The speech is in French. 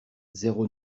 zéro